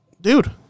dude